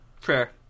Fair